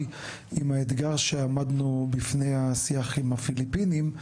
עם האתגר שעמדנו בפני השיח עם הפיליפינים,